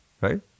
right